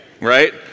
right